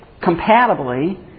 compatibly